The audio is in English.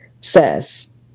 says